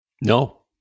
No